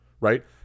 Right